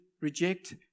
reject